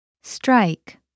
strike